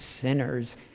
sinners